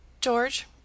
George